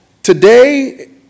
Today